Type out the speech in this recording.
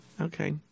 Okay